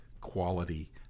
quality